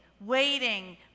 waiting